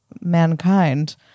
mankind